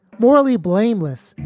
morally blameless.